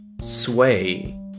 sway